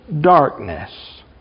darkness